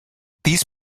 these